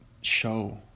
show